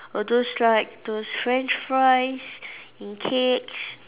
or those like those French fries and cakes